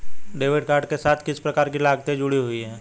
Debit card के साथ किस प्रकार की लागतें जुड़ी हुई हैं?